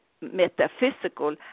metaphysical